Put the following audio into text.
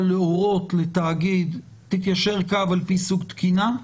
להורות לתאגיד יישר קו על פי סוג תקינה,